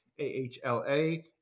AHLA